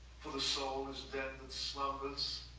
for the soul is dead that slumbers,